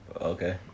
Okay